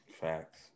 Facts